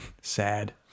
sad